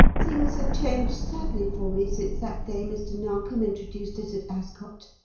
things have changed sadly for me since that day mr. narkom introduced us at ascot,